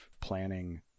planning